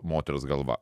moters galva